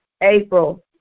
April